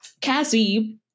Cassie